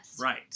Right